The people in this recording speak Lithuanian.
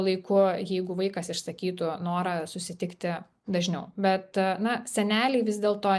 laiku jeigu vaikas išsakytų norą susitikti dažniau bet na seneliai vis dėlto